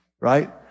right